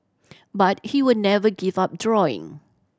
but he will never give up drawing